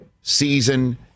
season